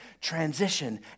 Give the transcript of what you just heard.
transition